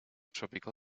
tropical